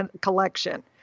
collection